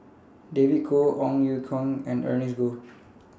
David Kwo Ong Ye Kung and Ernest Goh